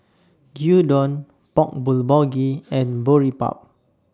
Gyudon Bang Bulgogi and Boribap